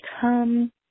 come